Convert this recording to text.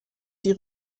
die